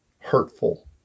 hurtful